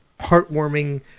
heartwarming